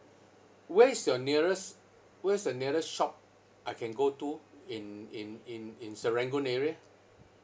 where is your nearest where's the nearest shop I can go to in in in in serangoon area